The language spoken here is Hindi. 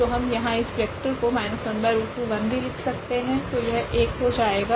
तो हम यहाँ इस वेक्टर को भी ले सकते है तो यह 1 हो जाएगा